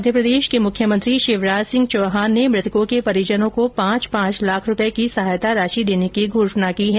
मध्यप्रदेश के मुख्यमंत्री शिवराज सिंह चौहान ने मृतकों के परिजनों को पांच पांच लाख रूपये की सहायता राशि देने की घोषणा की है